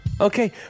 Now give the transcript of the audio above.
Okay